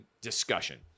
discussion